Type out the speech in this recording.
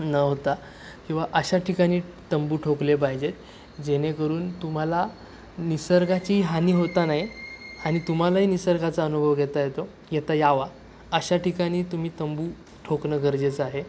न होता किंवा अशा ठिकाणी तंबू ठोकले पाहिजेत जेणेकरून तुम्हाला निसर्गाची हानी होता नाही आणि तुम्हालाही निसर्गाचा अनुभव घेता येतो येता यावा अशा ठिकाणी तुम्ही तंबू ठोकणं गरजेचं आहे